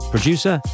Producer